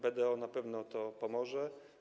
BDO na pewno tu pomoże.